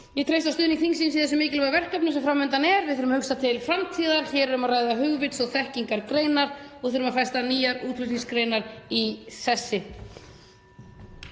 Ég treysti á stuðning þingsins í þessum mikilvægu verkefnum sem fram undan eru. Við þurfum að hugsa til framtíðar. Hér er um að ræða hugvits- og þekkingargreinar og við þurfum að festa nýjar útflutningsgreinar í sessi.